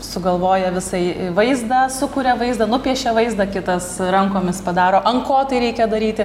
sugalvoja visai vaizdą sukuria vaizdą nupiešia vaizdą kitas rankomis padaro an ko tai reikia daryti